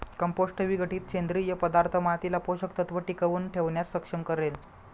compost विघटित सेंद्रिय पदार्थ मातीला पोषक तत्व टिकवून ठेवण्यास सक्षम करेल